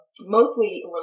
mostly